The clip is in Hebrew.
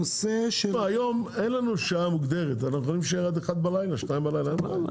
לפי התיקון המוצע הרעיון הוא שבסופו של דבר המדינה תוכל לייבא רכב